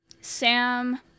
Sam